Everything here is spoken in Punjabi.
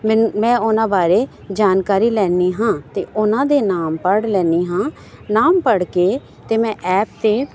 ਮੈਂ ਉਹਨਾਂ ਬਾਰੇ ਜਾਣਕਾਰੀ ਲੈਂਦੀ ਹਾਂ ਅਤੇ ਉਹਨਾਂ ਦੇ ਨਾਮ ਪੜ੍ਹ ਲੈਂਦੀ ਹਾਂ ਨਾਮ ਪੜ੍ਹ ਕੇ ਅਤੇ ਮੈਂ ਐਪ 'ਤੇ